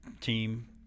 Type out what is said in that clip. team